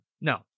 no